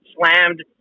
slammed